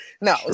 No